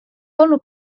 olnud